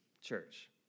church